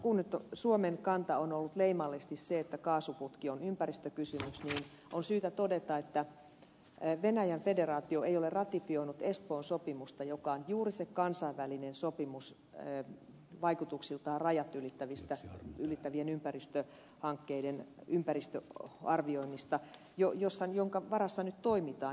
kun nyt suomen kanta on ollut leimallisesti se että kaasuputki on ympäristökysymys niin on syytä todeta että venäjän federaatio ei ole ratifioinut espoon sopimusta joka on juuri se kansainvälinen sopimus vaikutuksiltaan rajat ylittävien ympäristöhankkeiden ympäristöarvioinnista jonka varassa nyt toimitaan